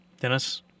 Dennis